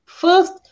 First